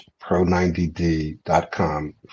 pro90d.com